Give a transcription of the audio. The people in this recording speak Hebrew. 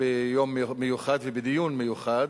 ביום מיוחד ובדיון מיוחד,